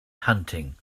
hunting